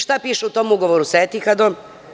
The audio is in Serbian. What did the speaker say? Šta piše u tom ugovoru sa Etihadom?